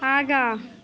आगाँ